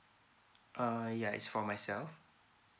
uh ya it's for myself